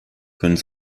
können